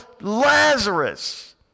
Lazarus